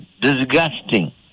disgusting